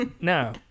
No